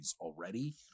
already